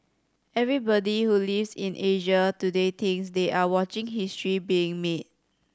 everybody who lives in Asia today thinks they are watching history being made